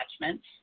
attachments